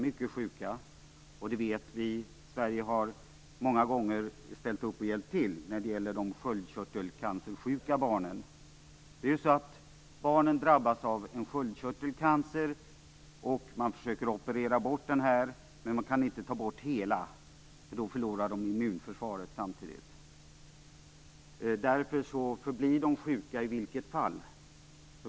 Det känner vi till. Sverige har många gånger hjälpt till när det gäller de sköldkörtelcancersjuka barnen. Barnen drabbas av sköldkörtelcancer. Man försöker operera bort sköldkörteln, men man kan inte ta bort hela. Då förlorar de samtidigt immunförsvaret. Därför förblir barnen sjuka i vilket fall.